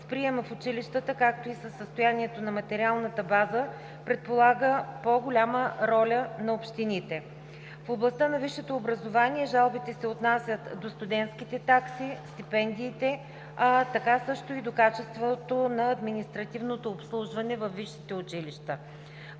с приема в училищата, както и състоянието на материалната база, предполага по-голяма роля на общините. В областта на висшето образование жалбите се отнасят до студентските такси, стипендиите, а така също и до качеството на административното обслужване във висшите училища.